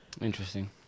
Interesting